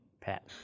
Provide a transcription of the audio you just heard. Pat